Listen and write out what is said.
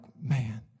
man